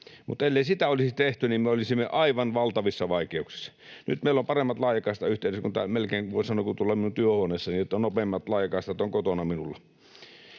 mutta ellei sitä olisi tehty, me olisimme aivan valtavissa vaikeuksissa. Nyt meillä on paremmat laajakaistayhteydet, melkein voi sanoa, kuin tuolla työhuoneessani. Nopeammat laajakaistat on kotona minulla.